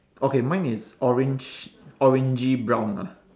okay mine is orange orangey brown lah